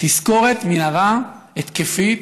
תזכורת: מנהרה התקפית,